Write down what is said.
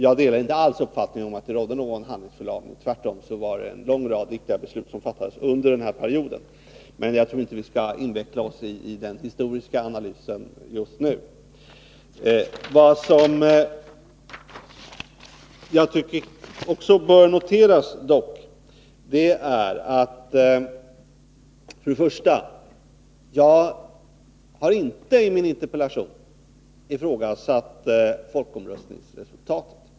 Jag delar inte alls uppfattningen att det rådde någon handlingsförlamning. Tvärtom var det en lång rad viktiga beslut som fattades under den här perioden. Men jag tror inte att vi skall inveckla oss i den historiska analysen just nu. Vad jag dock tycker bör noteras är att jag inte i min interpellation har ifrågasatt folkomröstningsresultatet.